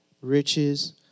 Riches